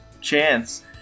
chance